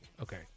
Okay